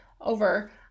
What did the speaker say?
over